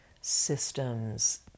systems